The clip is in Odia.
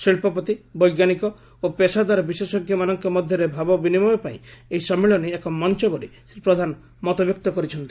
ଶିଳ୍ପପତି ବୈଜ୍ଞାନିକ ଓ ପେସାଦାର ବିଶେଷଜ୍ଞମାନଙ୍କ ମଧ୍ୟରେ ଭାବବିନିମୟ ପାଇଁ ଏହି ସମ୍ମିଳନୀ ଏକ ମଞ୍ଚ ବୋଲି ଶ୍ରୀ ପ୍ରଧାନ ମତବ୍ୟକ୍ତ କରିଛନ୍ତି